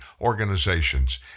organizations